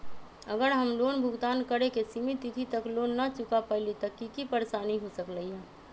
अगर हम लोन भुगतान करे के सिमित तिथि तक लोन न चुका पईली त की की परेशानी हो सकलई ह?